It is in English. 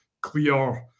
clear